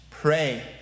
Pray